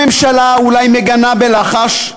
הממשלה אולי מגנה בלחש,